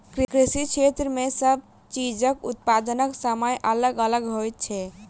कृषि क्षेत्र मे सब चीजक उत्पादनक समय अलग अलग होइत छै